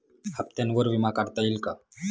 हप्त्यांवर विमा काढता येईल का?